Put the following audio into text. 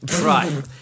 Right